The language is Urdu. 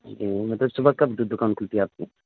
جی مطلب صبح کب دکان کھلتی ہے آپ کی